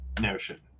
notion